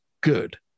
good